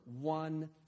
one